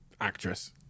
actress